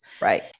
Right